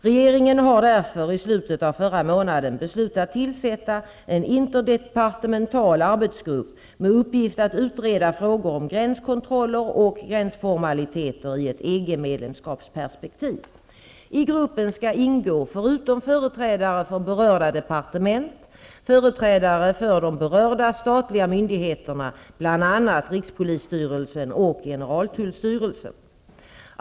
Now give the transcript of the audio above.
Regeringen har därför i slutet av förra månaden beslutat tillsätta en interdepartemental arbetsgrupp med uppgift att utreda frågor om gränskontroller och gränsformaliteter i ett EG medlemskapsperspektiv. I gruppen skall ingå förutom företrädare för berörda departement företrädare för de berörda statliga myndigheterna bl.a. rikspolisstyrelsen och generaltullstyrelsen.